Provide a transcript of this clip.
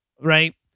right